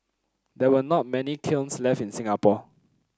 there were not many kilns left in Singapore